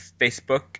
Facebook